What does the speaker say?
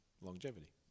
longevity